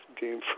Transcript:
game